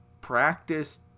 practice